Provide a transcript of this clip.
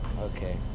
Okay